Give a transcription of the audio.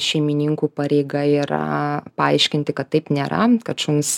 šeimininkų pareiga yra paaiškinti kad taip nėra kad šuns